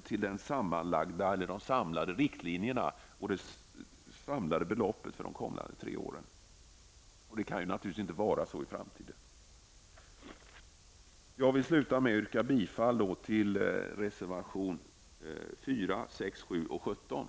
ställning till de samlade riktlinjerna och det samlade beloppet för de kommande tre åren. Det kan ju naturligtvis inte gå till så här i framtiden. Jag vill avslutningsvis yrka bifall till reservationerna